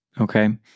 Okay